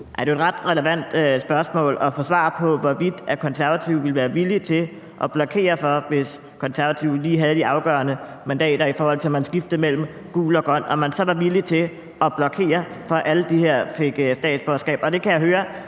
et ret relevant spørgsmål at få svar på, hvorvidt Konservative, hvis Konservative lige havde de afgørende mandater, i forhold til at man skiftede mellem gult og grønt, så ville være villige til at blokere for, at alle de her fik statsborgerskab,